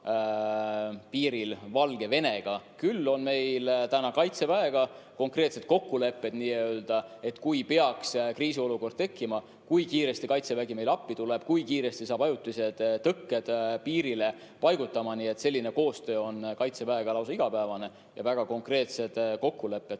piiril Valgevenega. Küll on meil Kaitseväega konkreetsed kokkulepped, et kui peaks kriisiolukord tekkima, kui kiiresti siis Kaitsevägi meile appi tuleb, kui kiiresti saab ajutised tõkked piirile paigutada. Nii et selline koostöö Kaitseväega on lausa igapäevane ja on väga konkreetsed kokkulepped